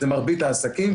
אלה מרבית העסקים,